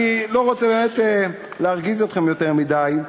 אני לא רוצה באמת להרגיז אתכם יותר מדי.